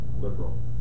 liberal